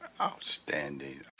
Outstanding